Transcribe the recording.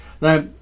Now